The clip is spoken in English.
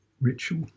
ritual